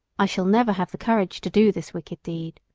i shall never have the courage to do this wicked deed.